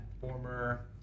former